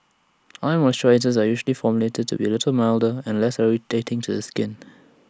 eye moisturisers are usually formulated to be A little milder and less irritating to the skin